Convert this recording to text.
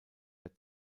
der